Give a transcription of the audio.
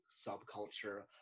subculture